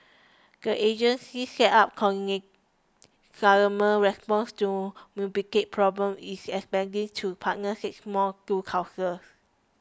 the agency set up coordinate government responses to municipal problems is expanding to partner six more Town Councils